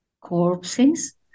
corpses